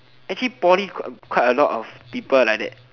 actually poly quite a lot of people like that